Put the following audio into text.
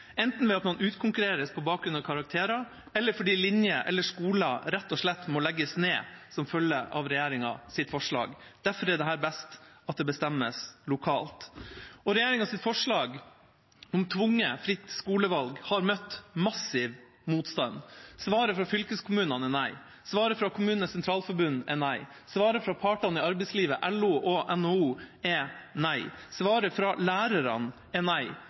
enten ved at man utkonkurreres på bakgrunn av karakterer, eller fordi linjer eller skoler rett og slett må legges ned som følge av regjeringas forslag. Derfor er det best at det bestemmes lokalt. Regjeringas forslag om tvungent fritt skolevalg har møtt massiv motstand. Svaret fra fylkeskommunene er nei. Svaret fra KS er nei. Svaret fra partene i arbeidslivet, LO og NHO er nei. Svaret fra lærerne er nei.